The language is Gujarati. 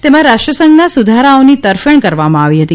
તેમાં રાષ્ટ્રસંઘમાં સુધારાઓની તરફેણ કરવામાં આવી હતી